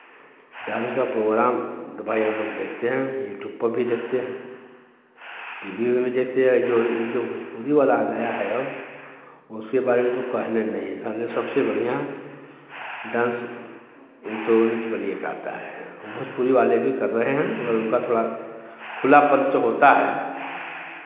dance का programme तो भाई हम लोग देखते हैं यूट्यूब पर भी देखते हैं टी वी में भी देखते हैं ये जो ये जो भोजपुरी वाला आ गया है अब उसके बारे में तो कहने नहीं है समझ लो सबसे बढ़ियाँ डांस तो नच बलिए का आता है भोजपुरी वाले भी कर रहे हैं मगर उनका थोड़ा खुलापन सब होता है